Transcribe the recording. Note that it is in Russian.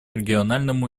региональному